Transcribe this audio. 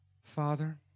Father